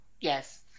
Yes